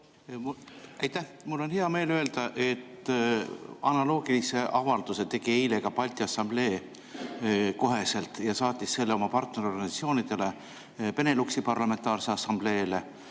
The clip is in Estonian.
Aitäh! Mul on hea meel öelda, et analoogilise avalduse tegi eile ka Balti Assamblee ja saatis selle oma partnerorganisatsioonidele: Beneluxi parlamentaarsele assambleele,